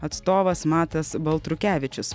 atstovas matas baltrukevičius